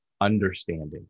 understanding